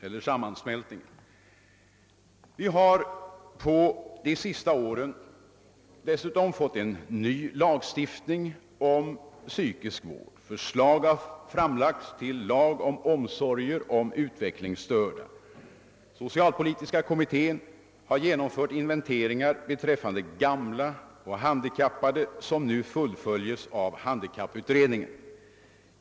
Vi har under de senaste åren dessutom fått en ny lagstiftning om psykisk vård. Förslag har framlagts om lag beträffande omsorgen om de utvecklingsstörda. Socialpolitiska kommittén har genomfört inventeringar beträffande gamla och handikappade, och detta arbete fullföljs nu av handikapputredningen.